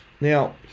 Now